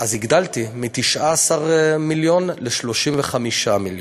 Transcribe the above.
הגדלתי מ-19 מיליון ל-35 מיליון.